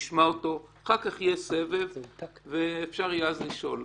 נשמע אותו ואחר כך יהיה סבב ואפשר יהיה אז לשאול.